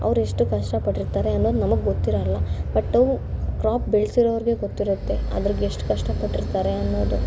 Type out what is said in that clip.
ಅವ್ರು ಎಷ್ಟು ಕಷ್ಟಪಟ್ಟಿರ್ತಾರೆ ಅನ್ನೋದು ನಮಗೆ ಗೊತ್ತಿರಲ್ಲ ಬಟ್ಟು ಕ್ರಾಪ್ ಬೆಳ್ಸಿರೋರಿಗೆ ಗೊತ್ತಿರುತ್ತೆ ಅದ್ರಾಗೆ ಎಷ್ಟು ಕಷ್ಟಪಟ್ಟಿರ್ತಾರೆ ಅನ್ನೋದು